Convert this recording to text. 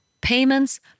payments